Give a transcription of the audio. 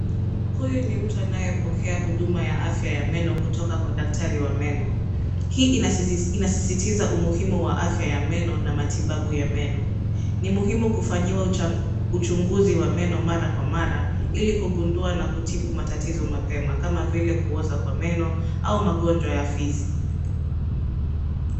Huyu ni mtu anayepokea huduma ya afya ya meno kutoka kwa daktari wa meno. Hii inasisistiza umuhimu wa afya ya meno na matibabu ya meno. Ni muhimu kufanyiwa uchunguzi wa meno mara kwa mara ili kugundua na kutibu matatizo mapema kama vile kuoza kwa meno au magonjwa ya fizi.